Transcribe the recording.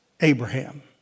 Abraham